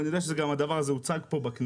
אני יודע שהדבר הזה גם הוצג פה בכנסת,